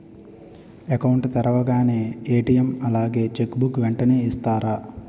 Account తెరవగానే ATM అలాగే cheque book వెంటనే ఇస్తారా?